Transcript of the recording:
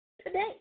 today